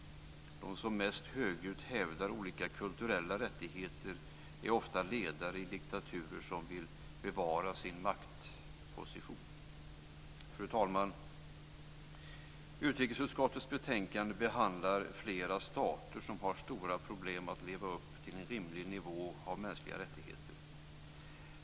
De som mest högljutt hävdar olika kulturella rättigheter är ledare i diktaturer som vill bevara sin maktposition. Fru talman! Utrikesutskottets betänkande behandlar flera stater som har stora problem att leva upp till en rimlig nivå av mänskliga rättigheter.